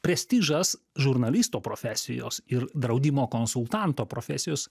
prestižas žurnalisto profesijos ir draudimo konsultanto profesijos